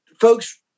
folks